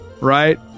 right